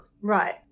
Right